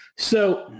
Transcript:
so,